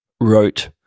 wrote